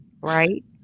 right